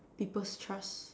people's trust